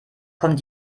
kommen